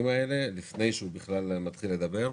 האלה ולומר זאת לפני שהוא מתחיל לדבר.